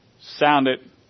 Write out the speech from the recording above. sounded